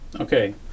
Okay